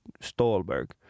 Stolberg